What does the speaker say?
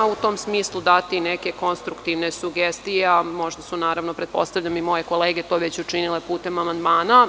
U tom smislu ću dati neke konstruktivne sugestije, a pretpostavljam da su i moje kolege to već učinile putem amandmana.